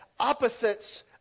opposites